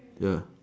ya